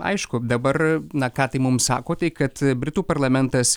aišku dabar na ką tai mums sako tai kad britų parlamentas